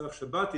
סלאח שבתי,